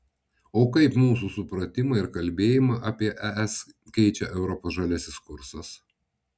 o kaip mūsų supratimą ir kalbėjimą apie es keičia europos žaliasis kursas